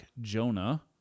Jonah